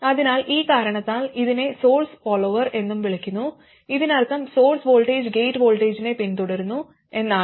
അതിനാൽ ഇക്കാരണത്താൽ ഇതിനെ സോഴ്സ് ഫോളോവർ എന്നും വിളിക്കുന്നു ഇതിനർത്ഥം സോഴ്സ് വോൾട്ടേജ് ഗേറ്റ് വോൾട്ടേജിനെ പിന്തുടരുന്നു എന്നാണ്